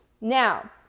Now